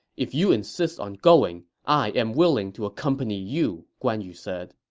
if you insist on going, i am willing to accompany you, guan yu said